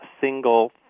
single